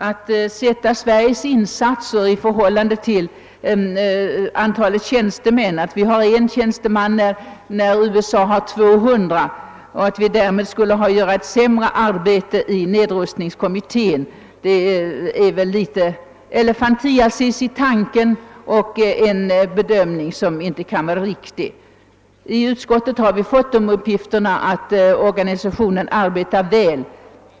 Att sätta Sveriges insatser i förhållande till antalet tjänstemän — en tjänsteman mot USA:s 200, varigenom vi skulle göra ett sämre arbete i nedrustningskommittén — kan väl betecknas som något av elefantiasis i tanken. Det är nog en bedömning som inte kan vara riktig. I utskottet har vi fått uppgifter om att organisationen arbetar väl.